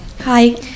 Hi